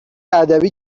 ادبی